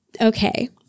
Okay